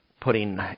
putting